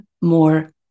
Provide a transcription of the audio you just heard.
more